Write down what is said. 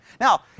Now